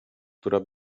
która